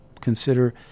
consider